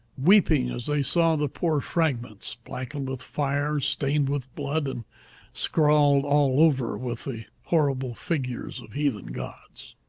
weeping as they saw the poor fragments, blackened with fire, stained with blood, and scrawled all over with the horrible figures of heathen gods.